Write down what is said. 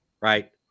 right